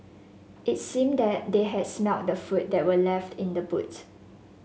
it seemed that they had smelt the food that were left in the boot